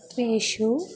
त्वेषु